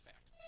Fact